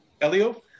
Elio